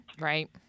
Right